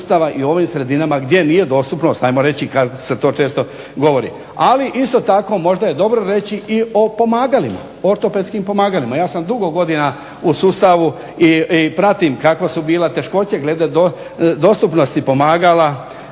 sustava i u onim sredinama gdje nije dostupnost ajmo reći kako se to često govori. Ali isto tako možda je dobro reći i o ortopedskim pomagalima. Ja sam dugo godina u sustavu i pratim kakve su bile teškoće glede dostupnosti pomagala,